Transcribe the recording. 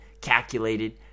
calculated